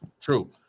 true